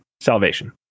salvation